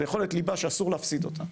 זה יכולת ליבה שאסור להפסיד אותה,